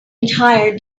entire